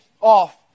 off